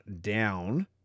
down